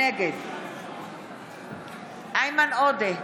נגד איימן עודה,